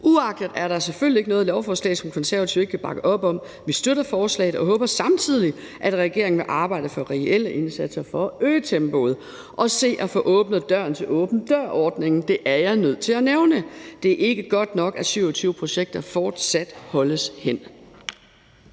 Uagtet det er der selvfølgelig ikke noget i lovforslaget, som Konservative ikke kan bakke op om. Vi støtter forslaget og håber samtidig, at regeringen vil arbejde for reelle indsatser for at øge tempoet og se at få åbnet døren til åben dør-ordningen – det er jeg nødt til at nævne. Det er ikke godt nok, at 27 projekter fortsat holdes hen.